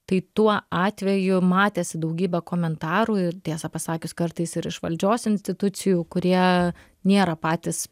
tai tuo atveju matėsi daugybė komentarų ir tiesą pasakius kartais ir iš valdžios institucijų kurie nėra patys